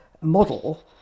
model